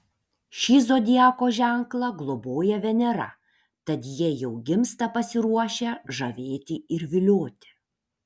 šį zodiako ženklą globoja venera tad jie jau gimsta pasiruošę žavėti ir vilioti